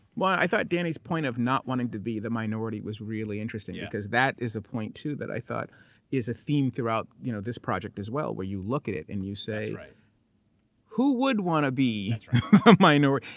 well, i i thought danny's point of not wanting to be the minority was really interesting, because that is a point too that i thought is a theme throughout you know this project as well, where you look at it and you say, who would want to be a minority?